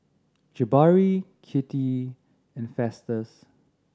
Jabari Kitty and Festus